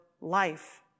life